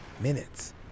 minutes